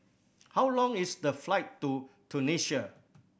how long is the flight to Tunisia